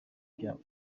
byago